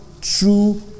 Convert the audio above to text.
True